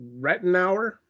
Rettenauer